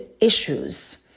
issues